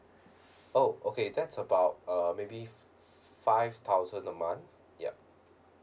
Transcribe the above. oh okay that's about uh maybe five thousand a month yup